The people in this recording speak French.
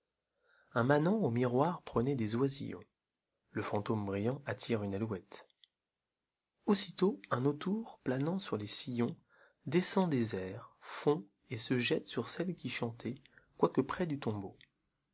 un manant an miroir prenait des oisillons le fantôme brillant attire une alouette aussitôt un autour planant sur les sillons descend dus airs fond et se jette sur celle qui chantait quoique près du tombeau